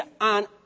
on